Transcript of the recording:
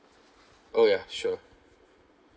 oh ya sure